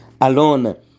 alone